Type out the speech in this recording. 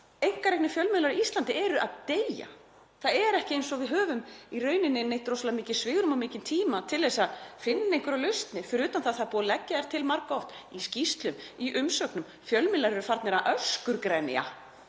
Einkareknir fjölmiðlar á Íslandi eru að deyja. Það er ekki eins og við höfum í rauninni neitt rosalega mikið svigrúm og mikinn tíma til að finna einhverjar lausnir. Fyrir utan að það er búið að leggja þær til margoft í skýrslum og í umsögnum. Fjölmiðlar eru farnir að öskurgrenja